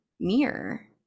mirror